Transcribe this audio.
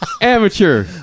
Amateur